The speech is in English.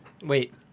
Wait